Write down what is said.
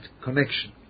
connection